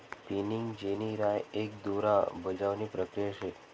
spinning jenny राय एक दोरा बजावणी प्रक्रिया शे